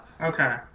okay